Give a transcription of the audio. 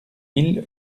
mille